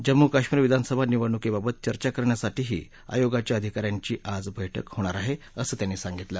जम्मू कश्मीर विधानसभा निवडणुकीबाबत चर्चा करण्यासाठीही आयोगाच्या अधिका यांची आज बैठक होणार आहे असं त्यांनी सांगितलं